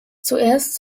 zuerst